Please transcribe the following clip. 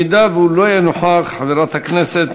אם הוא לא יהיה נוכח, חברת הכנסת